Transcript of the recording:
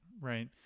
right